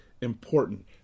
important